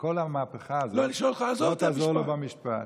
כל המהפכה הזאת לא תעזור לו במשפט,